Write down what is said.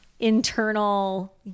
internal